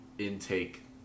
intake